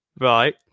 Right